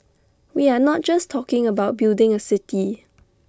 we are not just talking about building A city